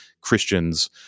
Christians